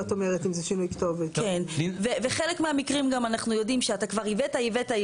חלק מהמקרים גם אנחנו יודעים שאתה כבר ייבאת,